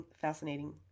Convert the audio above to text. fascinating